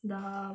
the